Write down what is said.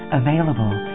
available